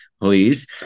please